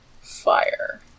fire